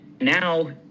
now